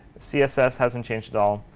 css hasn't changed at all.